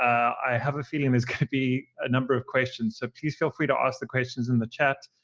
i have a feeling there's going to be a number of questions. so please feel free to ask the questions in the chat.